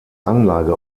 anlage